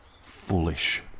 foolish